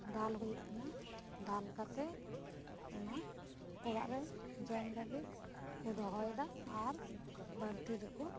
ᱫᱟᱞ ᱦᱩᱭᱩᱭᱩᱜ ᱠᱟᱱᱟ ᱫᱟᱞ ᱠᱟᱛᱮᱜ ᱚᱱᱟ ᱚᱲᱟᱜ ᱨᱮ ᱡᱚᱢ ᱞᱟᱹᱜᱤᱫᱠᱩ ᱫᱚᱦᱚᱭᱮᱫᱟ ᱟᱨ ᱵᱟᱹᱲᱛᱤ ᱫᱚᱠᱚ